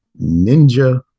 ninja